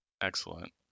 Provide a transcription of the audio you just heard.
Excellent